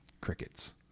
crickets